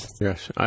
Yes